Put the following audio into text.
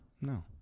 No